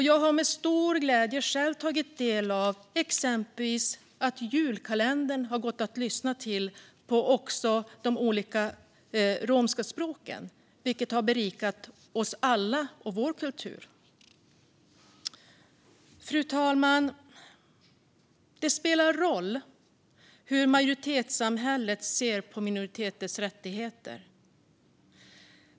Jag har med stor glädje själv tagit del av exempelvis att julkalendern har gått att lyssna till också på de olika romska språken. Det har berikat oss alla och vår kultur. Fru talman! Det spelar roll hur majoritetssamhället ser på minoriteters rättigheter.